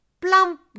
plump